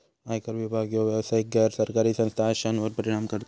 आयकर विभाग ह्यो व्यावसायिक, गैर सरकारी संस्था अश्यांवर परिणाम करता